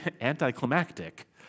anticlimactic